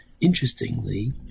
Interestingly